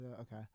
okay